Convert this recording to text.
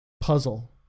puzzle